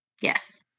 Yes